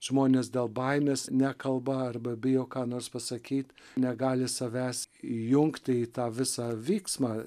žmonės dėl baimės nekalba arba bijo ką nors pasakyt negali savęs įjungti į tą visą vyksmą